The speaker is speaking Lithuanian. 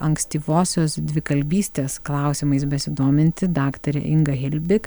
ankstyvosios dvikalbystės klausimais besidominti daktarė inga hilbik